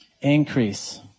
Increase